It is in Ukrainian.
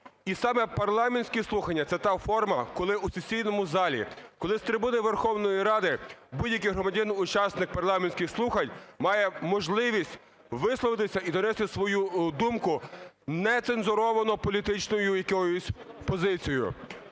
І саме парламентські слухання – це та форма, коли у сесійному залі, коли з трибуни Верховної Ради будь-який громадянин учасник парламентських слухань має можливість висловитися і донести свою думку, не цензуровану політичною якоюсь позицією.